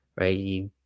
right